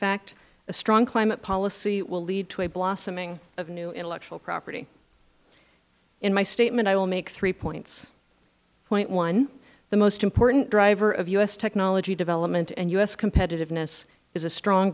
fact a strong climate policy will lead to a blossoming of new intellectual property in my statement i will make three points point one the most important driver of u s technology development and u s competitiveness is a strong